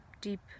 deep